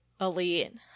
Elite